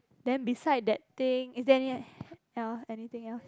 then beside that thing is there any anything else